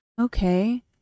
Okay